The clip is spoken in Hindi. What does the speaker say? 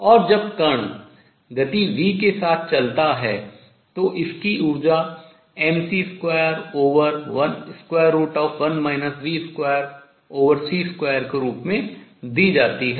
और जब कण गति v के साथ चलता है तो इसकी ऊर्जा mc21 v2c2 के रूप में दी जाती है